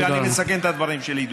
ואני מסכם את הדברים שלי,